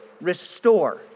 restore